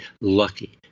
lucky